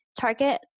Target